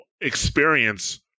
experience